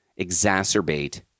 exacerbate